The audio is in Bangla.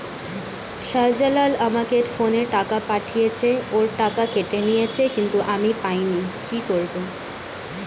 শাহ্জালাল আমাকে ফোনে টাকা পাঠিয়েছে, ওর টাকা কেটে নিয়েছে কিন্তু আমি পাইনি, কি করব?